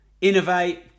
innovate